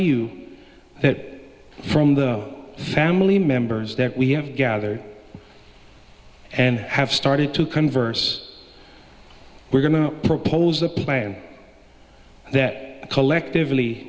you that from the family members that we have gathered and have started to converse we're going to propose a plan that collectively